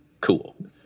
cool